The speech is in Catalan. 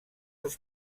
els